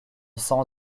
sent